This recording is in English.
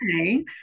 okay